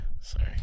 Sorry